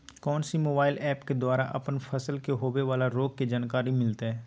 कौन सी mobile app के द्वारा अपन फसल के होबे बाला रोग के जानकारी मिलताय?